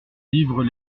livres